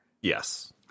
Yes